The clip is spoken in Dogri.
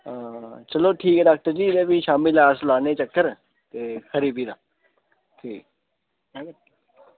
हां चलो ठीक ऐ डाक्टर जी जिसलै भी शामीं लै अस लान्ने आं चक्कर ते खरी भी तां ठीक ऐ निं